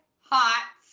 hot